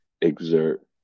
exert